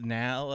now